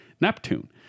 Neptune